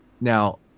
now